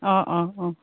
অঁ অঁ অঁ